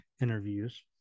interviews